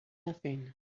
nothing